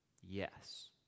yes